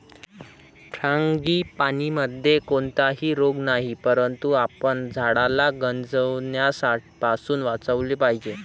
फ्रांगीपानीमध्ये कोणताही रोग नाही, परंतु आपण झाडाला गंजण्यापासून वाचवले पाहिजे